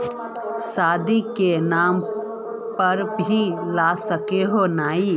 शादी के नाम पर भी ला सके है नय?